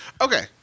Okay